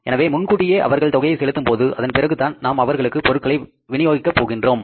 எனவே முன்கூட்டியே அவர்கள் தொகையை செலுத்தும்போது அதன் பிறகு தான் நாம் அவர்களுக்கு பொருட்களை வினியோகிக்க போகின்றோம்